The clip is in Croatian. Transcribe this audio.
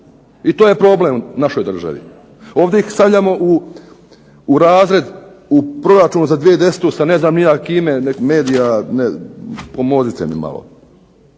I to je problem našoj državi. Ovdje ih stavljamo u razred, u proračun za 2010. sa ne znam ni ja kime, neki medija pomozite mi malo.